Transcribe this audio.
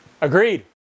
Agreed